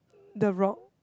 the rock